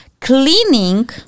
cleaning